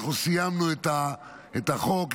אנחנו סיימנו את החוק.